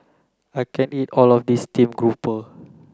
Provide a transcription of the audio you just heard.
I can't eat all of this steamed grouper